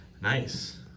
Nice